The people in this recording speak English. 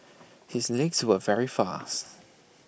his legs were very fast